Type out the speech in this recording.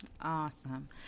Awesome